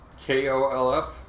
K-O-L-F